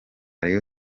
rayon